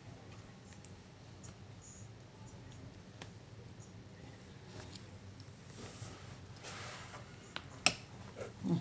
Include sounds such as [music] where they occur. [breath] [breath] mm